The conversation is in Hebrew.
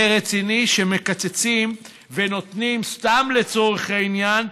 זה רציני שמקצצים, ונותנים, סתם לצורך העניין,